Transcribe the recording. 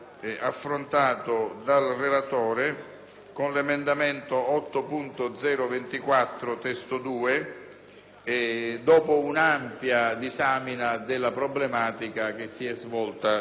con l'emendamento 8.0.24 (testo 2), dopo un'ampia disamina della problematica che si è svolta in Commissione.